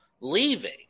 leaving